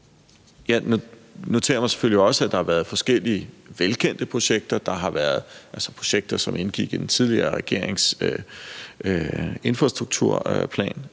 Jeg noterer mig selvfølgelig også, at der har været forskellige velkendte projekter, altså projekter, som indgik i den tidligere regerings infrastrukturplan,